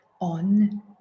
on